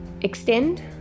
extend